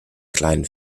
kleinen